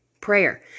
Prayer